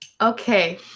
Okay